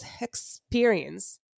experience